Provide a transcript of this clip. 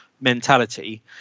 mentality –